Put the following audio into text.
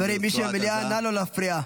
חברים, מי שבמליאה, נא לא להפריע.